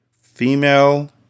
Female